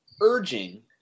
urging